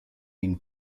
been